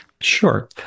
Sure